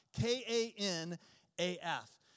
K-A-N-A-F